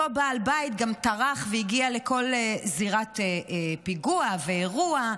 אותו בעל בית גם טרח והגיע לכל זירת פיגוע ואירוע,